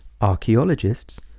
archaeologists